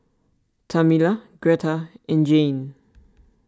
Tamela Gretta and Jayne